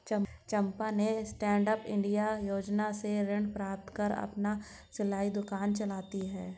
चंपा ने stand up India योजना से ऋण प्राप्त कर अपना सिलाई दुकान चलाती है